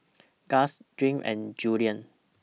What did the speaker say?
Guss Gwen and Julien